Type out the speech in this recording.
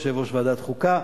יושב-ראש ועדת החוקה,